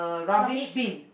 rubbish